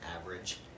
average